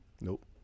Nope